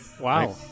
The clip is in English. Wow